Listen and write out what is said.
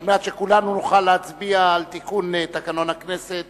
על מנת שכולנו נוכל להצביע על תיקון תקנון הכנסת